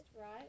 Right